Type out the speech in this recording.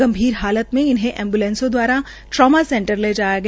गंभीर हालात में इन्हे एंबुलेंसों द्वारा ट्रामा सेंटर ले जाया गया